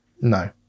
No